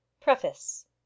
Preface